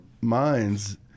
minds